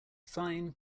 sine